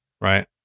Right